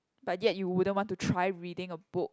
but yet you wouldn't want to try reading a book